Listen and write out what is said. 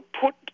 put